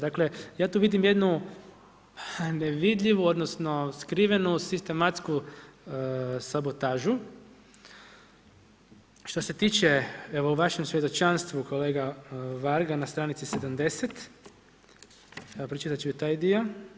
Dakle, ja tu vidim jednu nevidljivu, odnosno, skrivanu sistematsku sabotažu, što se tiče evo u vašem svjedočanstvu, kolega Varga na str. 70, pročitati ću i taj dio.